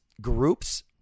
Groups